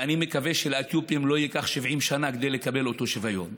ואני מקווה שלאתיופים לא ייקח 70 שנה לקבל את אותו שוויון.